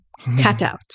cutouts